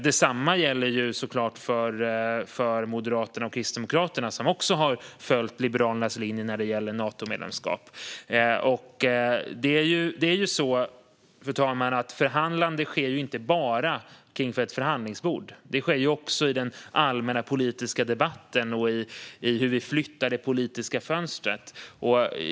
Detsamma gäller såklart för Moderaterna och Kristdemokraterna, som också har följt Liberalernas linje när det gäller Natomedlemskap. Förhandlande, fru talman, sker ju inte bara kring ett förhandlingsbord utan också i den allmänna politiska debatten och i hur vi flyttar det politiska fönstret.